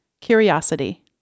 curiosity